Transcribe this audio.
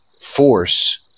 force